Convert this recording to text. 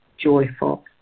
joyful